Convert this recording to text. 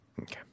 Okay